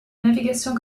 navigation